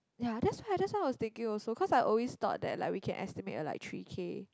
ya that's what that's what I was thinking also cause I always thought that like we can estimate at like three K